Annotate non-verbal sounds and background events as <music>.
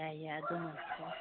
ꯌꯥꯏ ꯌꯥꯏ <unintelligible>